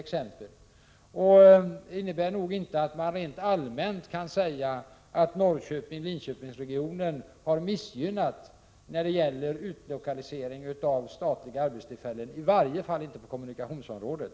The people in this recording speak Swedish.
Det innebär nog att man inte rent allmänt kan säga att Norrköping-Linköping-regionen har missgynnats när det gäller utlokaliseringen av statliga arbetstillfällen — i varje fall inte på kommunikationsområdet.